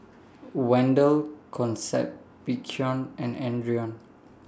Wendel Concept and Adrian